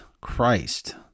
Christ